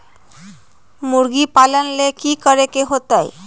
मुर्गी पालन ले कि करे के होतै?